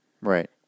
Right